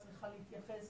צריכה להתייחס